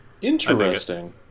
Interesting